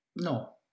No